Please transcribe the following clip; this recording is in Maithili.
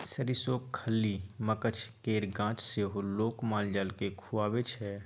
सरिसोक खल्ली, मकझ केर गाछ सेहो लोक माल जाल केँ खुआबै छै